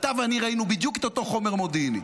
אתה ואני ראינו בדיוק את אותו חומר מודיעיני.